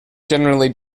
generally